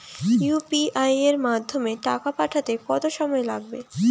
UPI এর মাধ্যমে টাকা পাঠাতে কত সময় লাগে?